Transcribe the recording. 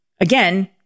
Again